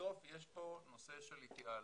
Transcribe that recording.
בסוף יש פה נושא של התייעלות.